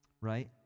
right